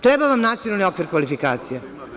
Treba nam nacionalni okvir kvalifikacija.